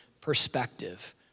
perspective